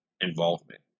involvement